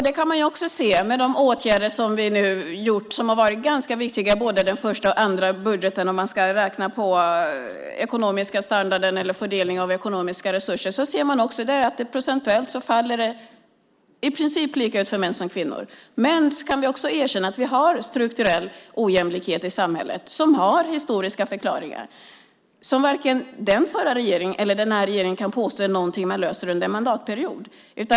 Det kan man se med de åtgärder som vi nu gjort som har varit ganska viktiga, både den första och den andra budgeten. Om man ska räkna på den ekonomiska standarden eller fördelningen av ekonomiska resurser ser man också där att procentuellt faller det i princip lika ut för män som för kvinnor. Men vi kan erkänna att vi har en strukturell ojämlikhet i samhället. Den har historiska förklaringar som varken den förra regeringen eller den här regeringen kan påstå är något som man löser under en mandatperiod.